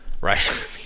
right